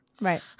right